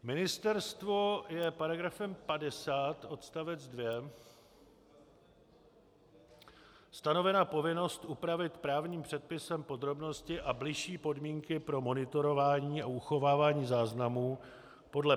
Ministerstvu je § 50 odst. 2 stanovena povinnost upravit právním předpisem podrobnosti a bližší podmínky pro monitorování a uchovávání záznamů podle § 37.